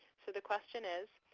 so the question is,